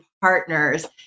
partners